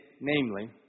Namely